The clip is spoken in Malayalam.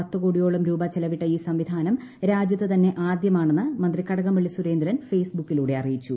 പത്തുകോടിയോളം രൂപ ചെലവിട്ട ഈ സംവിധാനം രാജ്യത്തു തന്നെ ആദ്യമാണെന്ന് മന്ത്രി കടകംപള്ളി സുരേന്ദ്രൻ ഫെയ്സ്ബുക്കിലൂടെ അറിയിച്ചു